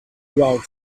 grout